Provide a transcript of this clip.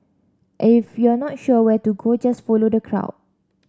if you're not sure where to go just follow the crowd